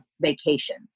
vacation